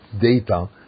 data